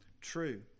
true